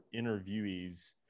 interviewees